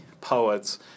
poets